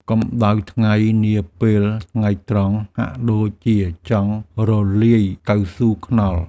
កម្ដៅថ្ងៃនាពេលថ្ងៃត្រង់ហាក់ដូចជាចង់រលាយកៅស៊ូថ្នល់។